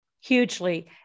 Hugely